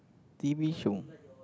t_v show